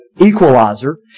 equalizer